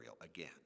again